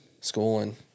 schooling